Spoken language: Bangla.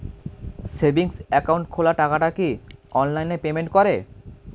সেভিংস একাউন্ট খোলা টাকাটা কি অনলাইনে পেমেন্ট করে?